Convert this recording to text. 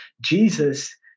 Jesus